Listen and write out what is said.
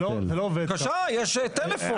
יש טלפון.